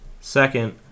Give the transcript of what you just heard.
Second